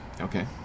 Okay